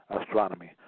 astronomy